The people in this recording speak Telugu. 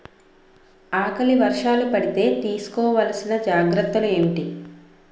ఆకలి వర్షాలు పడితే తీస్కో వలసిన జాగ్రత్తలు ఏంటి?